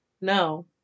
No